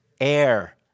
air